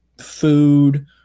food